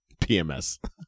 PMS